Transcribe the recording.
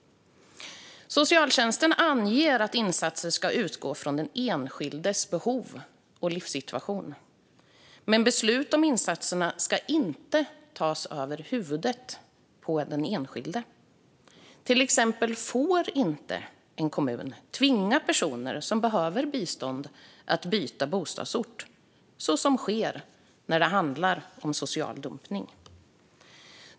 Socialtjänsten anger att insatser ska utgå från den enskildes behov och livssituation, men beslut om insatser ska inte tas över huvudet på den enskilde. Till exempel får en kommun inte tvinga personer som behöver bistånd att byta bostadsort, så som sker när det handlar om social dumpning.